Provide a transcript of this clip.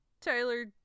tyler